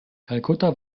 kalkutta